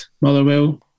Motherwell